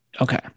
okay